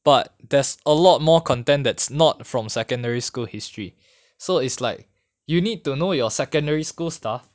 but there's a lot more content that's not from secondary school history so is like you need to know your secondary school stuff